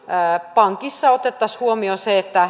pankissa otettaisiin huomioon se